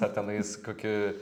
a tenais kokį